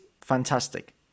Fantastic